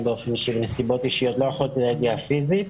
אני באופן אישי מנסיבות אישיות לא יכולתי להגיע פיזית,